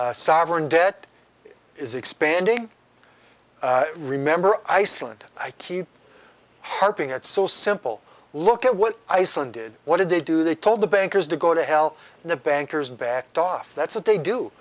sovereign debt is expanding remember iceland i keep harping it's so simple look at what iceland did what did they do they told the bankers to go to hell and the bankers backed off that's what they do